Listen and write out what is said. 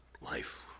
life